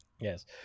Yes